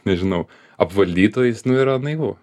nežinau apvaldytojais nu yra naivu